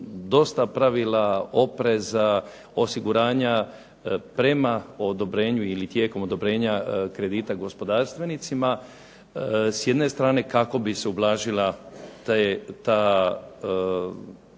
dosta pravila, opreza, osiguranja prema odobrenu ili tijekom odobrenja kredita gospodarstvenicima. S jedne strane kako bi se ublažila taj